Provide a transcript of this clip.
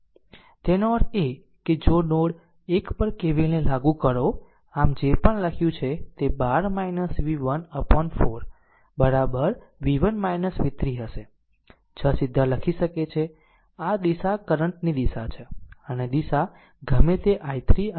તેનો અર્થ એ કે જો નોડ 1 પર KCLને લાગુ કરો આમ જે પણ લખ્યું તે 12 v1 upon 4 this v1 v3 હશે 6 સીધા લખી શકે છે આ દિશા કરંટ ની છે અને આ દિશા ગમે તે i3 અને i4 ની છે